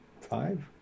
five